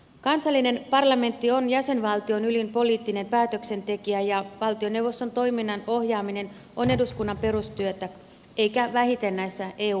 kansallinen parlamentti on jäsenvaltion ylin poliittinen päätöksentekijä ja valtioneuvoston toiminnan ohjaaminen on eduskunnan perustyötä eikä vähiten näissä eu asioissa